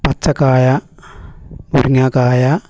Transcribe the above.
പച്ച കായ മുരിങ്ങാക്കായ